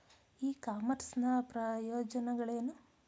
E commerce ನ ಪ್ರಯೋಜನಗಳೇನು?